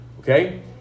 Okay